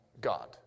God